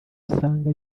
usanga